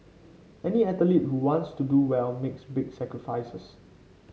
any athlete who wants to do well makes big sacrifices